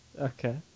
Okay